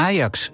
Ajax